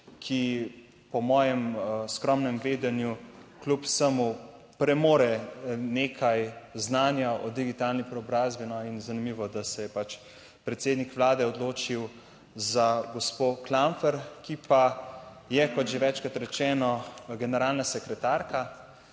ki po mojem skromnem vedenju kljub vsemu premore nekaj znanja o digitalni preobrazbi in zanimivo, da se je pač predsednik vlade odločil za gospo Klampfer, ki pa je, kot že večkrat rečeno, generalna sekretarka,